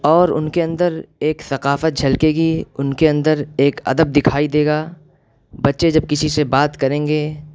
اور ان کے اندر ایک ثقافت جھلکے گی ان کے اندر ایک ادب دکھائی دے گا بچے جب کسی سے بات کریں گے